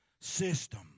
system